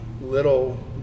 little